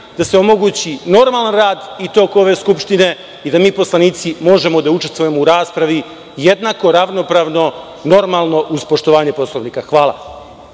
da se omogući normalan rad i tok ove skupštine i da mi poslanici možemo da učestvujemo u raspravi jednako ravnopravno, normalno uz poštovanje Poslovnika. Hvala.